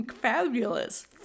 Fabulous